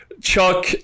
Chuck